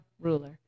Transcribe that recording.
ruler